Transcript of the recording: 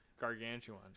gargantuan